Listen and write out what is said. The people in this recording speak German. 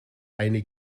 eine